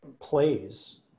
plays